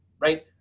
right